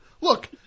Look